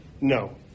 No